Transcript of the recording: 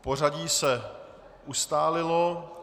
Pořadí se ustálilo.